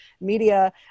media